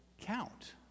count